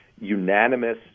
unanimous